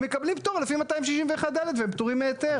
מקבלים פטור לפי 261(ד) והם פטורים מהיתר.